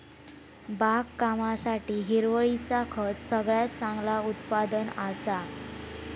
बागकामासाठी हिरवळीचा खत सगळ्यात चांगला उत्पादन असा